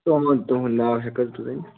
تُہُنٛد تُہُنٛد ناو ہٮ۪کو حظ تُہۍ ؤنِتھ